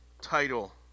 title